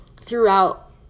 throughout